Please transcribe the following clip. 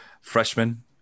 Freshman